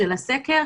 של הסקר,